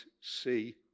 see